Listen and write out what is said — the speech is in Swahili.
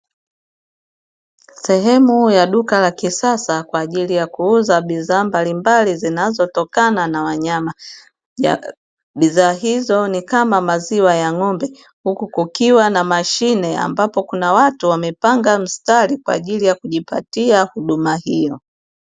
Sehemu ya duka la kisasa kwa ajili ya kuuza bidhaa mbalimbali zinazotokana na wanyama, bidhaa hizo ni kama maziwa ya ng'ombe huku na kukiwa mashine ambapo kuna watu wamepanga msatari kwa ajili ya kujipatia huduma hiyo.